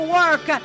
work